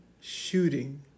shooting